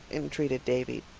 entreated davy.